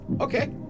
Okay